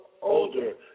Older